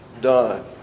done